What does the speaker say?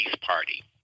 party